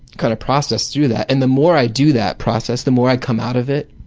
kind of process through that, and the more i do that process, the more i come out of it,